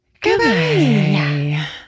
goodbye